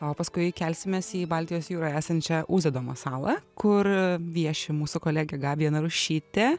o paskui kai kelsimės į baltijos jūroje esančią uzedamo salą kur vieši mūsų kolegė gabija narušytė